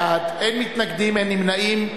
20 בעד, אין מתנגדים, אין נמנעים.